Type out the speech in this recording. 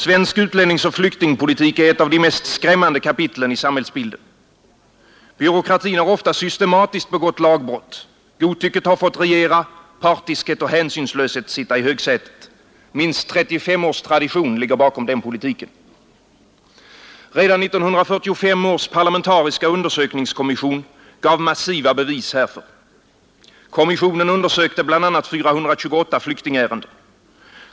Svensk utlänningsoch flyktingpolitik är ett av de mest skrämmande kapitlen i samhällsbilden. Byråkratin har ofta systematiskt begått lagbrott, godtycket har fått regera, partiskhet och hänsynslöshet sitta i högsätet. Minst 35 års tradition ligger bakom den politiken. Redan 1945 års parlamentariska undersökningskommission gav massiva bevis härför. Kommissionen undersökte bl.a. 428 flyktingärenden.